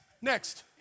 next